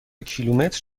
کیلومتر